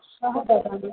श्वः पठामि